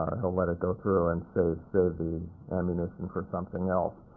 he'll let it go through and save save the ammunition for something else.